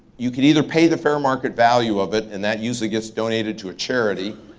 you can either pay the fair market value of it, and that user gets donated to a charity.